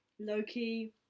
Loki